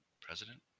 president